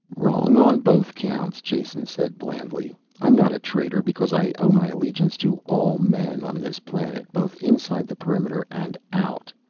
wrong on both counts, jason said blandly. i'm not a traitor because i owe my allegiance to all men on this planet, both inside the perimeter and out.